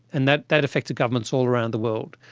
and that that affected governments all around the world.